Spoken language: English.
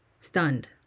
stunned